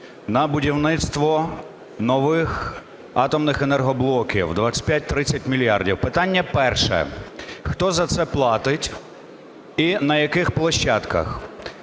на будівництво нових атомних енергоблоків 25-30 мільярдів. Питання перше: хто за це платить і на яких площадках?